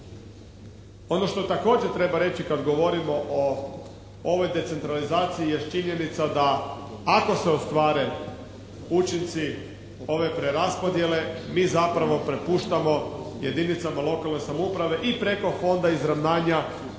Ono što također treba reći kad govorimo o ovoj decentralizaciji jest činjenica da ako se ostvare učinci ove preraspodjele mi zapravo prepuštamo jedinicama lokalne samouprave i preko Fonda izravnanja